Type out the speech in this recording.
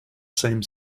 same